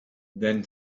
then